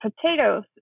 potatoes